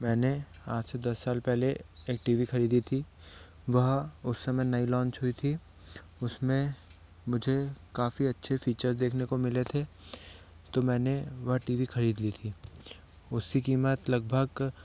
मैंने आज से दस साल पहले एक टी वी खरीदी थी वह उस समय नई लॉन्च हुई थी उसमें मुझे काफ़ी अच्छे फीचर देखने को मिले थे तो मैंने वह टी वी खरीद ली थी उसकी कीमत लगभग